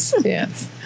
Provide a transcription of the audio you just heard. Yes